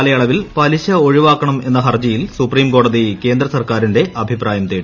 കാലയളവിൽ പലിശ ഒഴിവ്വാക്കണം എന്ന ഹർജിയിൽ സുപ്രീംകോടതി കേന്ദ്ര സൂർക്കാരിന്റെ അഭിപ്രായം തേടി